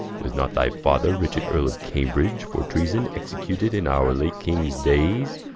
was not thy father, richard, earle of cambridge, for treason executed in our late kings dayes?